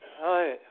Hi